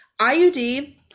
IUD